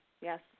Yes